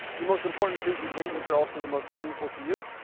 the most important presentations are also the most meaningful to you.